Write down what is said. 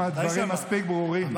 הדברים שלי מספיק ברורים.